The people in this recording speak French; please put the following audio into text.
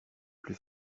plus